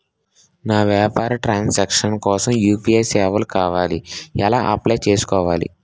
నా వ్యాపార transaction కోసం యు.పి.ఐ సేవలు కావాలి ఎలా అప్లయ్ చేసుకోవాలి?